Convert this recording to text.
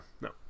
No